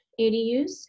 adus